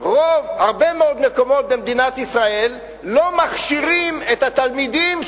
הרבה מאוד מקומות במדינת ישראל לא מכשירים את התלמידים,